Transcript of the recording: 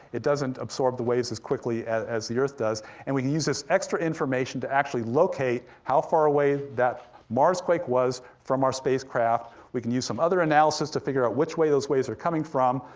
it doesn't absorb the waves as quickly as as the earth does, and we can use this extra information to actually locate how far away that marsquake was from our spacecraft, we can do some other analysis to figure out which way those waves are coming from,